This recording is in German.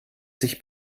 sich